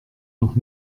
noch